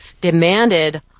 demanded